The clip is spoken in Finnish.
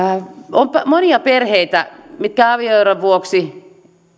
on monia perheitä mitkä avioeron vuoksi